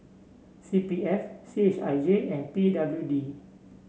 C P F C H I J and P W D